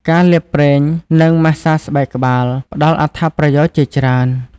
ការលាបប្រេង និងម៉ាស្សាស្បែកក្បាល ផ្តល់អត្ថប្រយោជន៍ជាច្រើន។